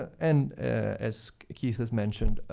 and as keith has mentioned,